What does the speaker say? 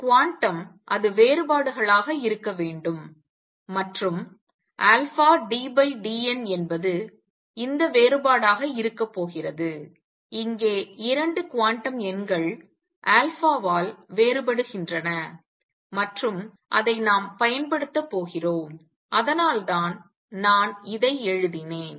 quantum அது வேறுபாடுகளாக இருக்க வேண்டும் மற்றும் ddn என்பது இந்த வேறுபாடாக இருக்கப்போகிறது இங்கே 2 குவாண்டம் எண்கள் ஆல் வேறுபடுகின்றன மற்றும் அதை நாம் பயன்படுத்தப் போகிறோம் அதனால்தான் நான் இதை எழுதினேன்